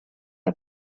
are